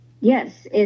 Yes